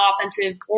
offensive